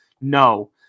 No